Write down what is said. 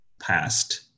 past